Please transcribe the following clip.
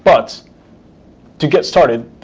but to get started,